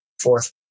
Fourth